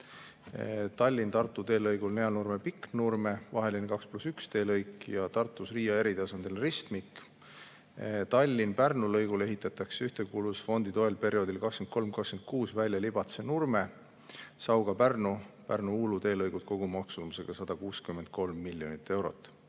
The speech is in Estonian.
Tallinna–Tartu teelõigul Neanurme–Pikknurme vaheline 2 + 1 teelõik ja Tartus Riia eritasandiline ristmik. Tallinna–Pärnu lõigul ehitatakse Ühtekuuluvusfondi toel perioodil 2023–2026 välja Libatse–Nurme, Sauga–Pärnu ja Pärnu–Uulu teelõigud kogumaksumusega 163 miljonit eurot.